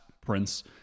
prince